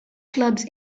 clubs